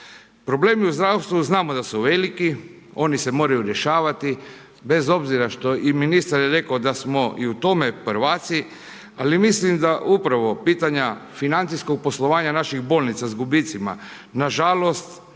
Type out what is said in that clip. Problemi u zdravstvu znamo da su veliki, oni se moraju rješavati bez obzira što i ministar je rekao da smo i u tome prvaci, ali mislim da upravo pitanja financijskog poslovanja naših bolnica s gubicima nažalost